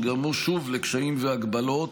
אשר גרמו שוב לקשיים והגבלות,